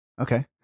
Okay